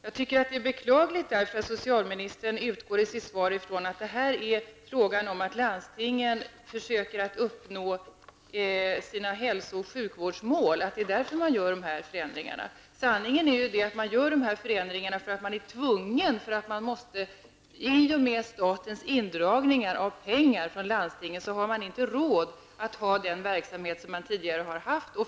Jag tycker att det är beklagligt att socialministern i sitt svar utgår ifrån att förändringarna görs för att landstinget skall kunna uppnå sina hälso och sjukvårdsmål. Sanningen är ju den att man gör de här förändringarna, därför att man är tvungen. I och med att staten drar in pengar från landstingen har man inte råd att ha den tidigare verksamheten.